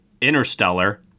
Interstellar